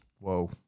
Whoa